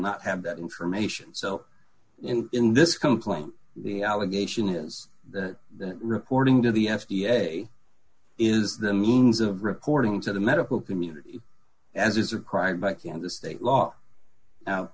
not have that information so in in this complaint the allegation is that reporting to the f d a is the means of reporting to the medical community as is a crime by kansas state law out